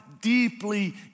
deeply